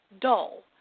dull